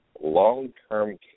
long-term